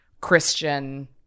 Christian